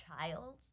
child